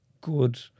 good